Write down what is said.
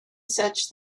such